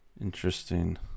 Interesting